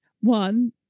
One